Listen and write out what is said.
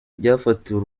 byafatiwe